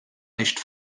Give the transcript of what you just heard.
nicht